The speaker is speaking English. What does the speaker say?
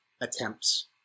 attempts